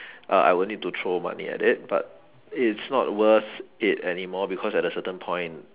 uh I would need to throw money at it but it's not worth it anymore because at a certain point